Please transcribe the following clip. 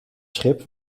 schip